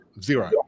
Zero